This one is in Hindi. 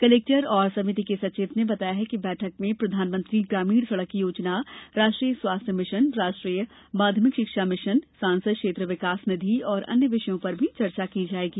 कलेक्टर और समिति के सचिव ने बताया कि बैठक में प्रधानमंत्री ग्रामीण सड़क योजना राष्ट्रीय स्वास्थ्य मिशन राष्ट्रीय माध्यमिक शिक्षा मिशन सांसद क्षेत्र विकास निधि और अन्य विषयों पर भी चर्चा की जायेगी